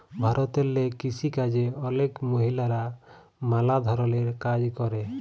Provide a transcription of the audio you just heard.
ভারতেল্লে কিসিকাজে অলেক মহিলারা ম্যালা ধরলের কাজ ক্যরে